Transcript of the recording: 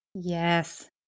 Yes